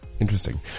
Interesting